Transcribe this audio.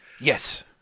Yes